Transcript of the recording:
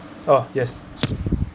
oh yes